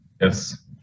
Yes